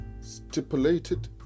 stipulated